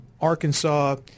Arkansas